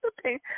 Okay